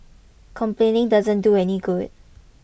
complaining doesn't do any good